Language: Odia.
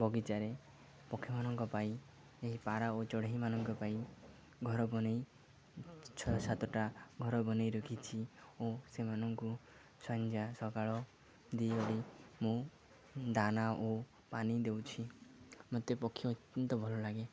ବଗିଚାରେ ପକ୍ଷୀମାନଙ୍କ ପାଇଁ ଏହି ପାରା ଓ ଚଢ଼େଇ ମାନଙ୍କ ପାଇଁ ଘର ବନେଇ ଛଅ ସାତଟା ଘର ବନେଇ ରଖିଛି ଓ ସେମାନଙ୍କୁ ସଂଧ୍ୟା ସକାଳ ଦୁଇ ଓଳି ମୁଁ ଦାନା ଓ ପାଣି ଦେଉଛି ମତେ ପକ୍ଷୀ ଅତ୍ୟନ୍ତ ଭଲ ଲାଗେ